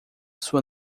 sua